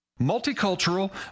Multicultural